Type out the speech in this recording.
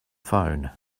phone